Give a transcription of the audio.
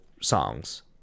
songs